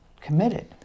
committed